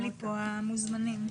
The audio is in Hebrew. עצמי.